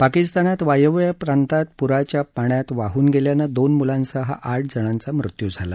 पाकिस्तानात वायव्य प्रांतात पूराच्या पाण्यात वाहून गेल्यानं दोन मुलांसह आठ जणांचा मृत्यू झाला